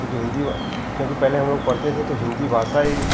क्योंकि हिन्दी व क्योंकि पहले हम लोग पढ़ते थे तो हिन्दी भाषा ही